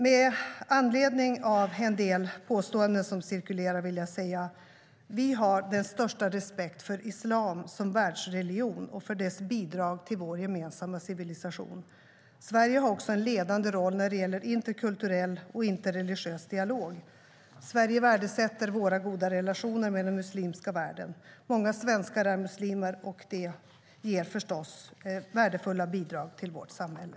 Med anledning av en del påståenden som cirkulerar vill jag säga följande: Vi har den största respekt för islam som världsreligion och för dess bidrag till vår gemensamma civilisation. Sverige har också en ledande roll när det gäller interkulturell och interreligiös dialog. Sverige värdesätter våra goda relationer med den muslimska världen. Många svenskar är muslimer, och det ger förstås värdefulla bidrag till vårt samhälle.